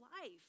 life